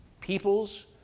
peoples